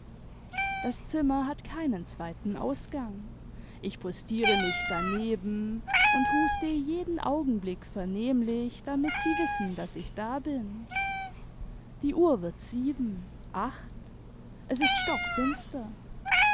das zimmer hat keinen zweiten ausgang ich postiere mich daneben und huste jeden augenblick vernehmlich damit sie wissen daß ich da bin die uhr wird sieben acht es ist stockfinster